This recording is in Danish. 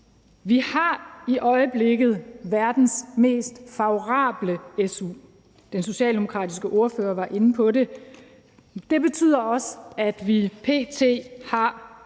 Vi har i øjeblikket verdens mest favorable su. Den socialdemokratiske ordfører var inde på det. Det betyder også, at vi p.t.